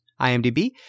IMDb